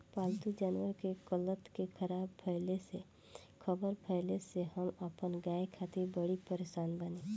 पाल्तु जानवर के कत्ल के ख़बर फैले से हम अपना गाय खातिर बड़ी परेशान बानी